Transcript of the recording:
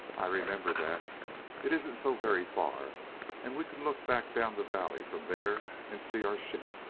i remember that it isn't so very far and we can look back down the valley from there and see our ship.